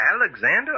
Alexander